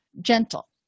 gentle